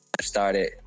started